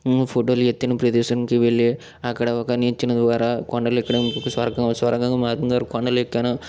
ఫోటోలు ఎత్తైన ప్రదేశానికి వెళ్ళి అక్కడ ఒక నిచ్చెన ద్వారా కొండలు ఎక్కడానికి సొరంగం సొరంగ మార్గం ద్వారా దగ్గర కొండలు ఎక్కాను